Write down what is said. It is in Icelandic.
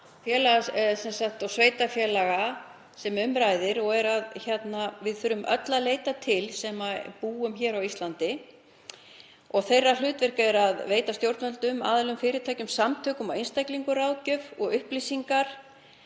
stofnana og sveitarfélaga sem um ræðir og við þurfum öll að leita til sem búum hér á Íslandi. Þeirra hlutverk er að veita stjórnvöldum, aðilum, fyrirtækjum, samtökum og einstaklingum ráðgjöf og upplýsingar.